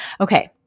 Okay